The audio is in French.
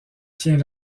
tient